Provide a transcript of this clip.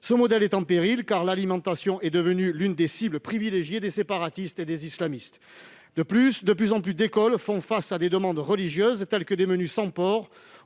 ce modèle est en péril, car l'alimentation est devenue l'une des cibles privilégiées des séparatistes et des islamistes. En outre, de plus en plus d'écoles font face à des demandes religieuses, telles que des menus sans porc,